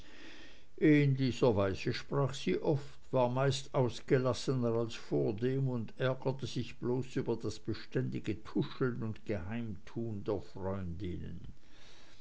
in dieser weise sprach sie oft war meist ausgelassener als vordem und ärgerte sich bloß über das beständige tuscheln und geheimtun der freundinnen